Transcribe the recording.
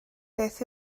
beth